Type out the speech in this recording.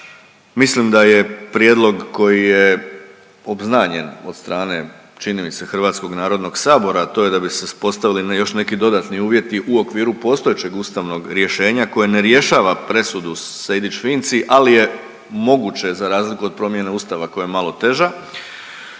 mislim da je prijedlog koji je obznanjen od strane, čini mi se, Hrvatskog narodnog sabora, a to je da bi se uspostavili, ne, još neki dodatni uvjeti u okviru postojećeg ustavnog rješenja koje ne rješava presudu Sejdić-Finci, ali je moguće za razliku od promjene Ustava koja je malo teža,